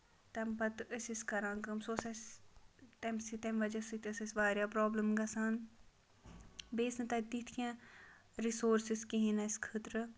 تَمہِ پَتہٕ ٲسۍ أسۍ کران کٲم سُہ اوس اَسہِ تَمہِ سۭتۍ تمہِ وجہہ سۭتۍ ٲسۍ أسۍ واریاہ پرابلِم گژھان بیٚیہِ ٲسۍ نہٕ تَتہِ تِتھۍ کیںٛہہ رِسورسِز کِہینۍ اَسہِ خٲطرٕ